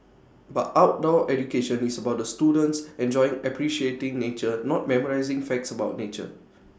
but outdoor education is about the students enjoying appreciating nature not memorising facts about nature